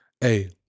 hey